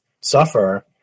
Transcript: suffer